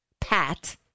Pat